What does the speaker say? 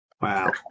Wow